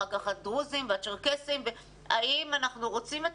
אחר הדרוזים והצ'רקסים האם אנחנו רוצים את